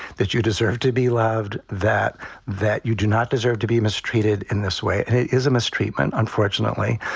that you deserve to be loved. that that you do not deserve to be mistreated in this way is a mistreatment. unfortunately,